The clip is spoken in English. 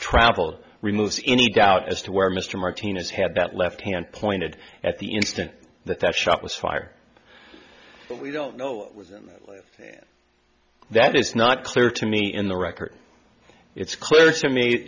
traveled removes any doubt as to where mr martinez had that left hand pointed at the instant that that shot was fired but we don't know that is not clear to me in the record it's clear to me